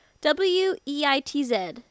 W-E-I-T-Z